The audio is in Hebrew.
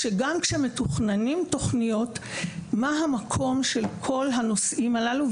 גם כשמתוכננות תכניות מהו המקום של כל הנושאים הללו,